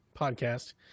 podcast